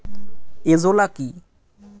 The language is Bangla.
এজোলা কি?